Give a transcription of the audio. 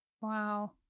Wow